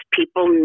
people